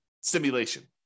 simulation